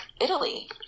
Italy